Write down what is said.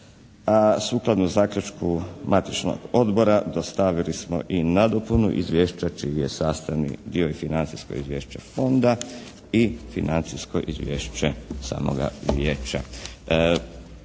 Sukladno zaključku matičnog odbora dostavili smo i nadopunu izvješća čiji je sastavni dio i financijsko izvješće fonda i financijsko izvješće samoga vijeća.